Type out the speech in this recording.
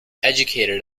educated